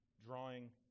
Drawing